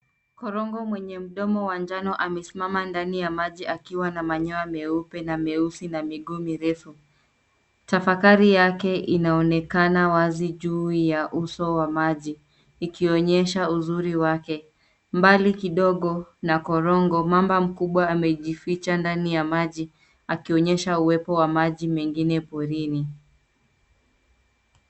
Korongo mwenye mdomo wa njano amesimama ndani ya maji akiwa na manyoya meupe na meusi na miguu mirefu. Tafakari yake inaonekana wazi juu ya uso wa maji, ikionyesha uzuri wake. Mbali kidogo na korongo, mamba mkubwa amejificha ndani ya maji akionyesha uwepo wa maji mengine porini.